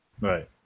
Right